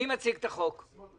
מי מציג את החוק?